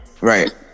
Right